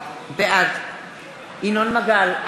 בעד ינון מגל,